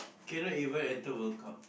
cannot even enter World Cup